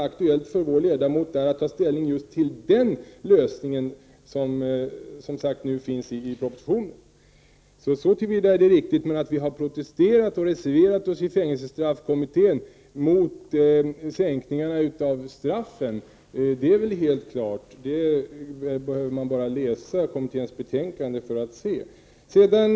Att vi däremot reserverade oss i kommittén mot sänkningarna av straffen är helt klart. Man behöver bara läsa kommitténs betänkande för att se detta.